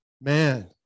man